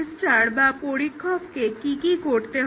tester বা পরীক্ষককে কি কি করতে হয়